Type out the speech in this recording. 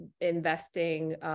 investing